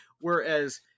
Whereas